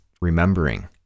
remembering